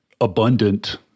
abundant